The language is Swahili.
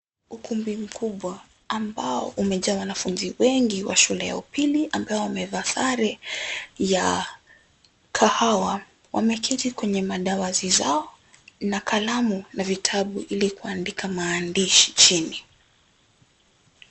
Ukumbi mkubwa ambao umejaa wanafunzi wengi wa shule ya upili ambao wamevaa sare ya kahawa. Wameketi kwenye madawati zao na kalamu na vitabu ili kuandika maandishi chini.